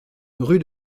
rue